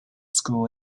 school